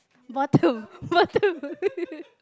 bottom bottom